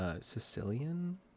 Sicilian